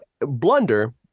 blunder